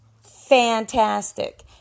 Fantastic